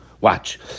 Watch